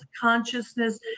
consciousness